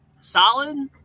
solid